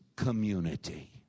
community